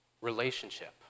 relationship